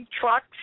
trucks